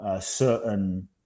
certain